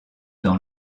dans